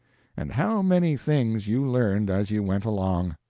and how many things you learned as you went along!